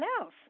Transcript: else